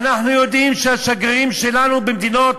אנחנו יודעים שהשגרירים שלנו במדינות